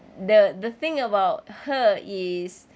the the thing about her is